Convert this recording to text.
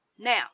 Now